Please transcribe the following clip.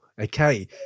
okay